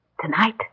Tonight